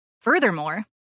Furthermore